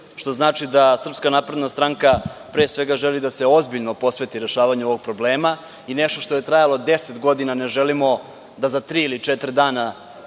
što znači da SNS pre svega želi da se ozbiljno posveti rešavanju ovog problema. Nešto što je trajalo 10 godina ne želimo da za tri ili četiri dano